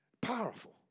Powerful